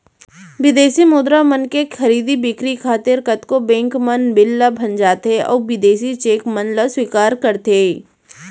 बिदेसी मुद्रा मन के खरीदी बिक्री खातिर कतको बेंक मन बिल ल भँजाथें अउ बिदेसी चेक मन ल स्वीकार करथे